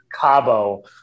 Cabo